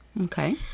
Okay